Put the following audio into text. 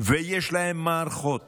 ויש להם מערכות